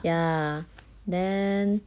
ya then